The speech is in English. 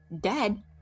dead